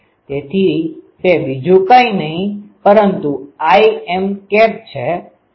તેથી તે બીજું કઈ નહિ પરંતુ Im છે